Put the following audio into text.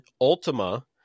Ultima